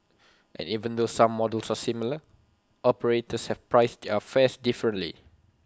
and even though some models are similar operators have priced their fares differently